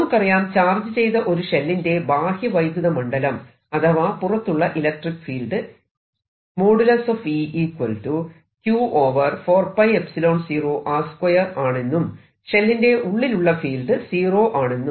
നമുക്കറിയാം ചാർജ് ചെയ്ത ഒരു ഷെല്ലിന്റെ ബാഹ്യ വൈദ്യുത മണ്ഡലം അഥവാ പുറത്തുള്ള ഇലക്ട്രിക്ക് ഫീൽഡ് ആണെന്നും ഷെല്ലിന്റെ ഉള്ളിലുള്ള ഫീൽഡ് സീറോ ആണെന്നും